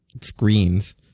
screens